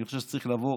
אני חושב שזה צריך לעבור